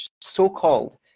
so-called